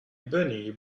bunny